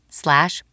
slash